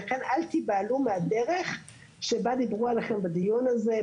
ולכן אל תיבהלו מהדרך שבה דיברו עליכם בדיון הזה.